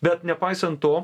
bet nepaisant to